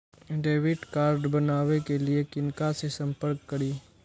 Debit card बनावे के लिए किनका से संपर्क करी?